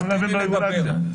תן לי לדבר.